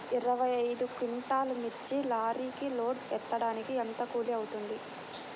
ఇరవై ఐదు క్వింటాల్లు మిర్చి లారీకి లోడ్ ఎత్తడానికి ఎంత కూలి అవుతుంది?